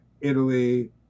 Italy